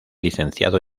licenciado